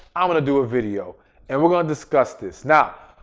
i'm going to do a video and we're going to discuss this. now,